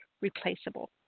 replaceable